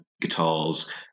guitars